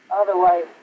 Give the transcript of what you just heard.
otherwise